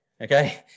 Okay